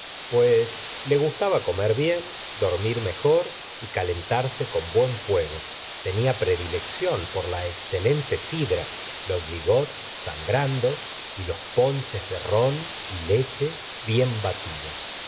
pues le gustaba comer bien dormir mejor y calentarse con buen fuego tenía predilección por la excelente sidra los gigots sangrando y los ponches de ron y leche bien batidos